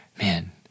man